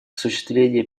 осуществление